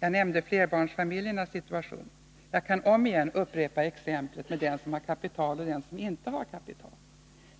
Jag nämnde flerbarnsfamiljernas situation. Och jag kan omigen upprepa exemplet med den som har kapital och den som inte har kapital.